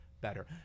better